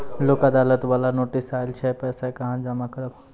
लोक अदालत बाला नोटिस आयल छै पैसा कहां जमा करबऽ?